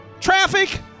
traffic